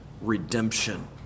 redemption